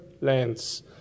lands